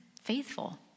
faithful